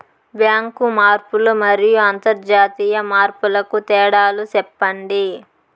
Bank మార్పులు మరియు అంతర్జాతీయ మార్పుల కు తేడాలు సెప్పండి?